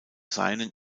seinen